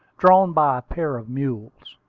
drawn by a pair of mules.